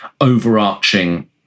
overarching